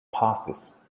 passes